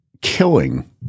killing